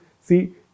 See